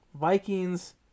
Vikings –